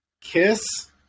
kiss